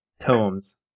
tomes